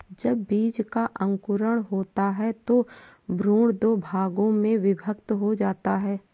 जब बीज का अंकुरण होता है तो भ्रूण दो भागों में विभक्त हो जाता है